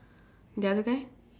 the other guy